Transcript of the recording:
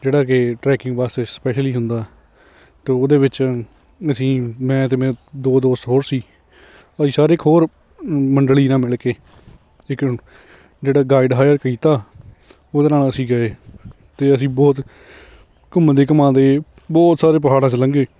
ਜਿਹੜਾ ਕਿ ਟਰੈਕਿੰਗ ਵਾਸਤੇ ਸਪੈਸ਼ਲੀ ਹੁੰਦਾ ਅਤੇ ਉਹਦੇ ਵਿੱਚ ਅਸੀਂ ਮੈਂ ਅਤੇ ਮੈਂ ਦੋ ਦੋਸਤ ਹੋਰ ਸੀ ਅਸੀਂ ਸਾਰੇ ਇੱਕ ਹੋਰ ਮੰਡਲੀ ਨਾਲ ਮਿਲ ਕੇ ਲੇਕਿਨ ਜਿਹੜਾ ਗਾਈਡ ਹਾਇਰ ਕੀਤਾ ਉਹਦੇ ਨਾਲ ਅਸੀਂ ਗਏ ਤੇ ਅਸੀਂ ਬਹੁਤ ਘੁੰਮਦੇ ਘੁੰਮਾਉਂਦੇ ਬਹੁਤ ਸਾਰੇ ਪਹਾੜਾਂ 'ਚ ਲੰਘੇ